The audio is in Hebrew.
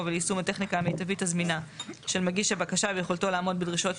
וליישום הטכניקה המיטבית הזמינה של מגיש הבקשה ויכולתו לעמוד בדרישות